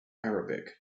arabic